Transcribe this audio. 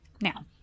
Now